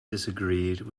disagreed